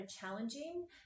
challenging